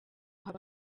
haba